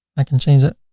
i can change it.